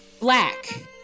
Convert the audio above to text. Black